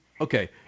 Okay